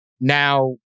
now